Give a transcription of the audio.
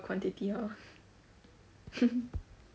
quantity orh